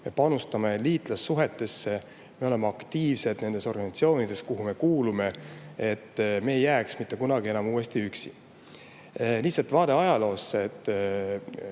panustame liitlassuhetesse. Me oleme aktiivsed nendes organisatsioonides, kuhu me kuulume, et me ei jääks enam mitte kunagi uuesti üksi. Lihtsalt vaade ajaloosse: